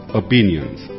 opinions